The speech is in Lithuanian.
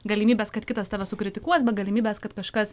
galimybės kad kitas tave sukritikuos be galimybės kad kažkas